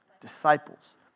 disciples